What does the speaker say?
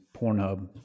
Pornhub